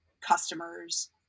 customers